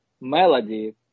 melody